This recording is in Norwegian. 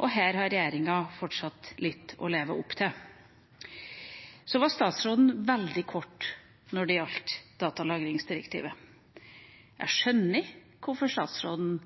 Her har regjeringa fortsatt litt å leve opp til. Så var statsråden veldig kort når det gjelder datalagringsdirektivet. Jeg skjønner hvorfor statsråden